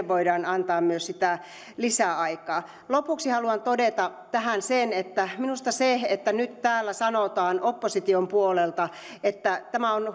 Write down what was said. voidaan antaa myös sitä lisäaikaa lopuksi haluan todeta tähän sen että kun nyt täällä sanotaan opposition puolelta että tämä on